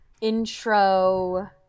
intro